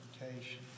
interpretation